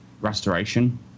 restoration